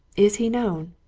is he known?